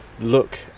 look